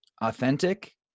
authentic